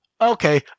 Okay